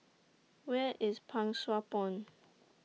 Where IS Pang Sua Pond